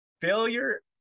failure